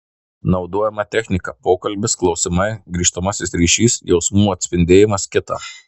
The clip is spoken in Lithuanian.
naudojama technika pokalbis klausimai grįžtamasis ryšys jausmų atspindėjimas kita